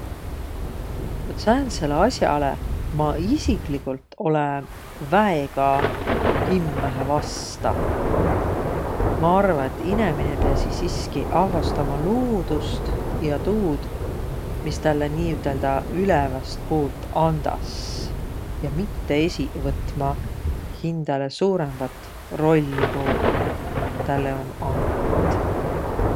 Vat sääntsele as'alõ ma isikligult olõ väega kimmähe vasta. Ma arva, et inemine piäsiq siski avvostama luudust ja tuud, mis tälle niiüteldäq üleväst puult andas ja mitte esiq võtma hindäle suurõmbat rolli, ku tälle om ant.